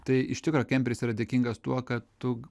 tai iš tikro kemperis yra dėkingas tuo kad tu